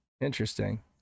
Interesting